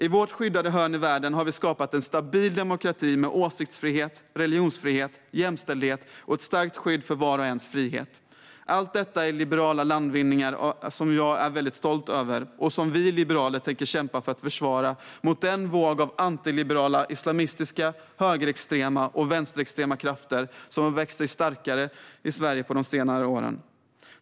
I vårt skyddade hörn av världen har vi skapat en stabil demokrati med åsiktsfrihet, religionsfrihet, jämställdhet och ett starkt skydd för vars och ens frihet. Allt detta är liberala landvinningar som jag är stolt över och som vi liberaler tänker kämpa för att försvara mot den våg av antiliberala islamistiska, högerextrema och vänsterextrema krafter som har växt sig starkare i Sverige på senare år.